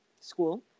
school